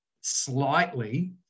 slightly